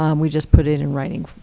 um we just put it in writing.